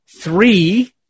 three